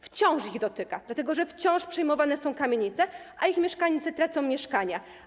Wciąż ich dotyka, dlatego że wciąż przejmowane są kamienice, a ich mieszkańcy tracą mieszkania.